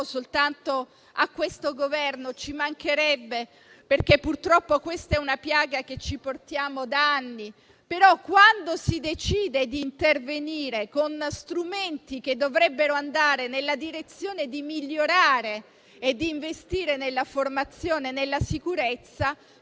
soltanto a questo Governo, ci mancherebbe, perché purtroppo questa è una piaga che ci portiamo da anni. Quando però si decide di intervenire con strumenti che dovrebbero andare nella direzione di migliorare e di investire nella formazione e nella sicurezza,